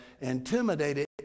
intimidated